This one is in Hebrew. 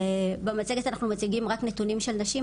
במצגת אנחנו מציגים רק נתונים של נשים,